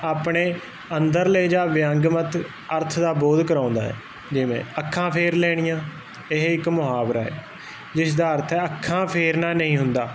ਆਪਣੇ ਅੰਦਰਲੇ ਜਾ ਵਿਅੰਗ ਮਤ ਅਰਥ ਦਾ ਬੋਧ ਕਰਾਉਂਦਾ ਜਿਵੇਂ ਅੱਖਾਂ ਫੇਰ ਲੈਣੀਆਂ ਇਹ ਇੱਕ ਮੁਹਾਵਰਾ ਜਿਸ ਦਾ ਅਰਥ ਹੈ ਅੱਖਾਂ ਫੇਰਨਾ ਨਹੀਂ ਹੁੰਦਾ